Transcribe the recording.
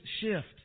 shift